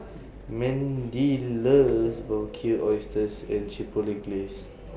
Mendy loves Barbecued Oysters and Chipotle Glaze